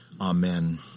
Amen